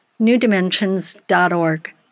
newdimensions.org